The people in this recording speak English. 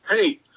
hey